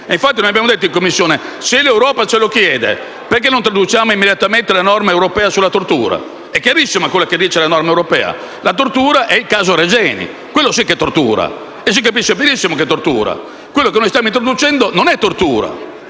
Commissione abbiamo detto che se l'Europa ce lo chiede, perché non introduciamo immediatamente la norma europea sulla tortura? È chiarissimo quello che dice la norma europea: la tortura è il caso Regeni. Quello sì, si capisce benissimo che è un caso di tortura. Quello che stiamo introducendo non è tortura,